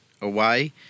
away